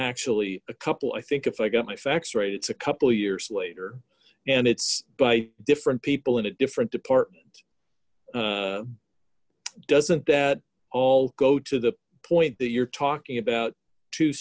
actually a couple i think if i got my facts right it's a couple years later and it's by different people in a different department doesn't that all go to the point that you're talking about two